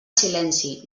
silenci